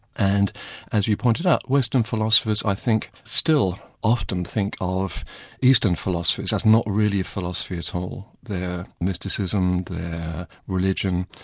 and as you pointed out, western philosophers i think still often think of eastern philosophies as not really philosophy at all they're mysticism, they're religion,